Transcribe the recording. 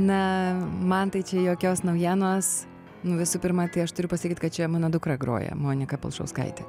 na man tai čia jokios naujienos visų pirma tai aš turiu pasakyt kad čia mano dukra groja monika palšauskaitė